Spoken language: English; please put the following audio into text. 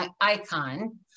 icon